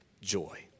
joy